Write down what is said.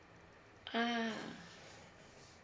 a'ah